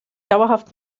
dauerhaft